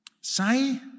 Say